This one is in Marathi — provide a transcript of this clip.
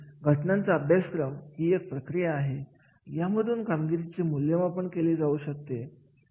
बक्षीस प्रणालीचे सुद्धा महत्व खूप आहे